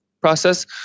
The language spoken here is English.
process